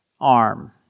arm